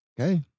Okay